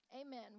Amen